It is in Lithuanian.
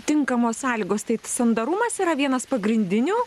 tinkamos sąlygos taip sandarumas yra vienas pagrindinių